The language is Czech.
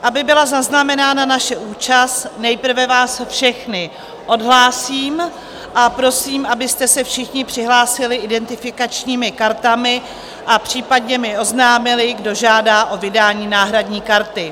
Aby byla zaznamenána naše účast, nejprve vás všechny odhlásím a prosím, abyste se všichni přihlásili identifikačními kartami a případně mi oznámili, kdo žádá o vydání náhradní karty.